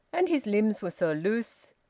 and his limbs were so loose,